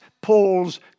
Paul's